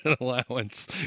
allowance